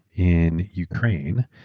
in ukraine,